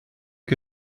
que